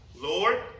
Lord